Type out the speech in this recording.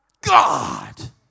God